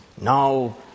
now